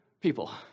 people